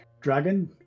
dragon